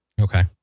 Okay